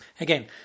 Again